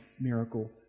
miracle